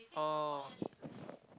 oh